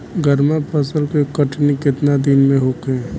गर्मा फसल के कटनी केतना दिन में होखे?